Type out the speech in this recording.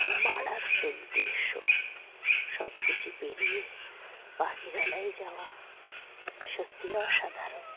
মারাত্মক দৃশ্য সবকিছু পেরিয়ে পাখিরালয়ে যাওয়া সত্যিই অসাধারণ